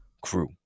crew